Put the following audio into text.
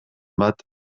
bat